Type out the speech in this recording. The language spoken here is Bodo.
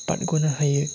बारग'नो हायो